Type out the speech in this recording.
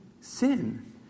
Sin